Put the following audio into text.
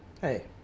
hey